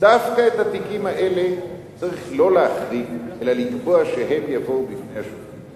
דווקא את התיקים האלה צריך לא להחריג אלא לקבוע שהם יבואו בפני הרשמים.